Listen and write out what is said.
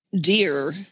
dear